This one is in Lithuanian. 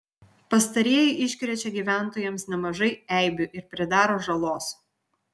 pastarieji iškrečia gyventojams nemažai eibių ir pridaro žalos